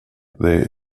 there